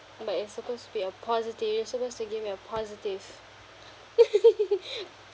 but it's supposed to be a positive supposed to give me a positive